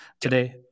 today